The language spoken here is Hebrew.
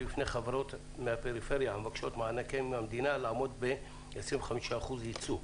בפני חברות מהפריפריה המבקשות מענקים מהמדינה לעמוד ב-25% ייצוא.